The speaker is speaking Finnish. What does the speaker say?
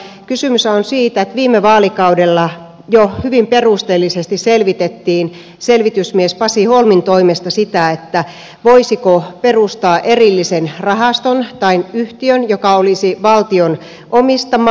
kysymyshän on siitä että viime vaalikaudella jo hyvin perusteellisesti selvitettiin selvitysmies pasi holmin toimesta sitä voisiko perustaa erillisen rahaston tai yhtiön joka olisi valtion omistama